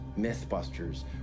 mythbusters